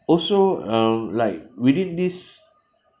also um like within this